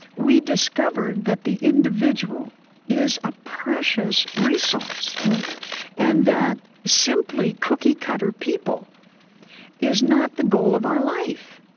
we discovered that the individual is a precious resource and that simply cookie-cutter people is not the goal of our life,